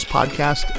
Podcast